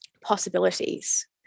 possibilities